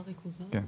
כן.